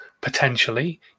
potentially